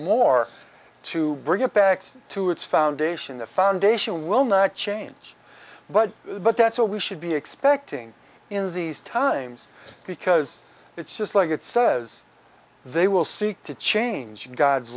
more to bring it back to its foundation the foundation will not change but but that's what we should be expecting in these times because it's just like it says they will seek to change god's